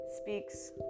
speaks